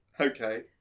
Okay